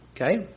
Okay